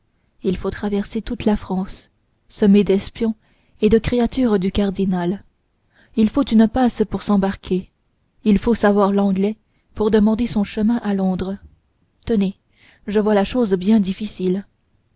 il faut traverser toute la france semée d'espions et de créatures du cardinal il faut une passe pour s'embarquer il faut savoir l'anglais pour demander son chemin à londres tenez je vois la chose bien difficile